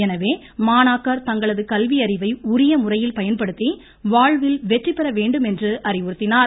எனவே மாணாக்கர் தங்களது கல்வி அறிவை உரிய முறையில் பயன்படுத்தி வாழ்வில் வெற்றிபெற வேண்டும் என்று அறிவுறுத்தினார்